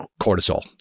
cortisol